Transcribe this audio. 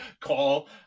call